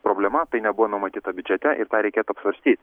problema tai nebuvo numatyta biudžete ir tą reikėtų apsvarstyt